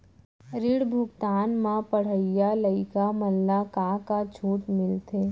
ऋण भुगतान म पढ़इया लइका मन ला का का छूट मिलथे?